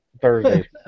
Thursday